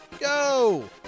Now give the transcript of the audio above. go